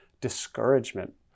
discouragement